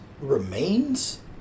remains